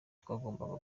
twagombaga